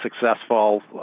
successful